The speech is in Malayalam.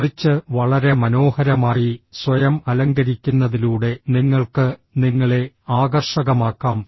മറിച്ച് വളരെ മനോഹരമായി സ്വയം അലങ്കരിക്കുന്നതിലൂടെ നിങ്ങൾക്ക് നിങ്ങളെ ആകർഷകമാക്കാം